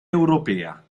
europea